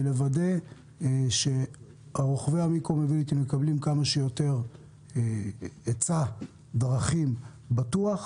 לוודא שרוכבי המיקרו מוביליטי מקבלים כמה שיותר היצע דרכים בטוח,